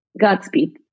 Godspeed